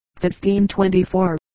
1524